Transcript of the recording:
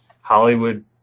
Hollywood